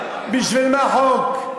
רעיון, בשביל מה חוק?